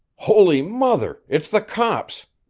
holy mother! it's the cops!